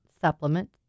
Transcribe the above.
supplement